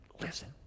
listen